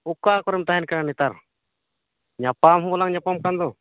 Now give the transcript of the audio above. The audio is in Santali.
ᱚᱠᱟ ᱠᱚᱨᱮᱢ ᱛᱟᱦᱮᱱ ᱠᱟᱱᱟ ᱱᱮᱛᱟᱨ ᱧᱟᱯᱟᱢ ᱦᱚᱸ ᱵᱟᱞᱟᱝ ᱧᱟᱯᱟᱢ ᱠᱟᱱ ᱫᱚ